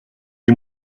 les